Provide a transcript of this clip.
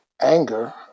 anger